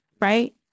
right